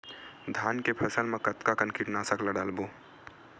धान के फसल मा कतका कन कीटनाशक ला डलबो?